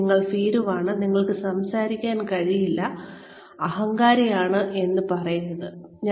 നിങ്ങൾ ഭീരുവാണ് നിങ്ങൾക്ക് സംസാരിക്കാൻ കഴിയില്ല നിങ്ങൾ അഹങ്കാരിയാണെന്ന് പറയരുത്